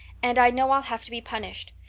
and i know i'll have to be punished.